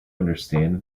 understand